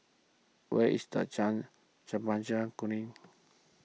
where is Jalan Chempaka Kuning